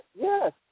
yes